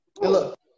look